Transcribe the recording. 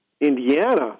Indiana